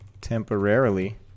Temporarily